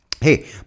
hey